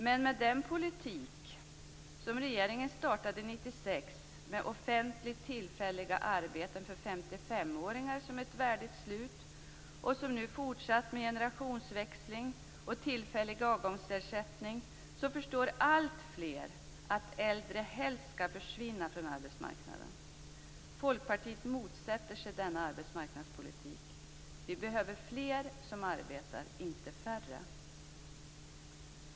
Men med den politik som regeringen startade 1996 med tillfälliga offentliga arbeten för 55-åringar som en värdig avslutning och som nu fortsatt med generationsväxling och tillfällig avgångsersättning förstår alltfler att äldre helst skall försvinna från arbetsmarknaden. Folkpartiet motsätter sig denna arbetsmarknadspolitik. Vi behöver fler som arbetar, inte färre.